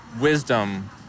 wisdom